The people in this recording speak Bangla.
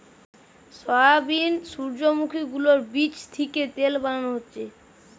সয়াবিন, সূর্যোমুখী গুলোর বীচ থিকে তেল বানানো হচ্ছে